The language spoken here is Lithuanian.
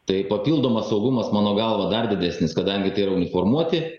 tai papildomas saugumas mano galva dar didesnis kadangi tai yra uniformuoti